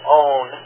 own